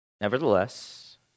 Nevertheless